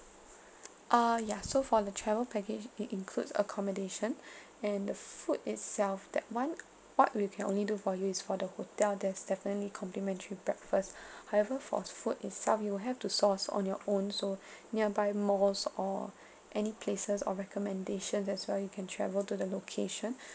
err ya so for the travel package it includes accommodation and the food itself that [one] what we can only do for you is for the hotel there's definitely complimentary breakfast however for food itself you will have to source on your own so nearby malls or any places or recommendation as well you can travel to the location